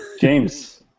James